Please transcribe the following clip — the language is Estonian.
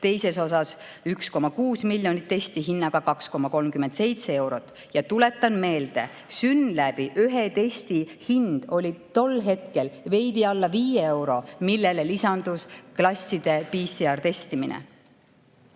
teises osas 1,6 miljonit testi hinnaga 2,37 eurot. Ja tuletan meelde: SYNLAB‑i ühe testi hind oli tol hetkel veidi alla 5 euro, millele lisandus klasside PCR-testimine.